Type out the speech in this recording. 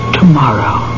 tomorrow